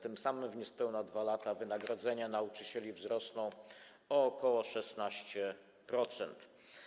Tym samym w niespełna 2 lata wynagrodzenia nauczycieli wzrosną o ok. 16%.